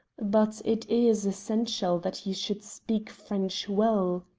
but it is essential that he should speak french well.